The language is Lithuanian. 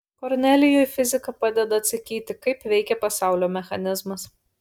kornelijui fizika padeda atsakyti kaip veikia pasaulio mechanizmas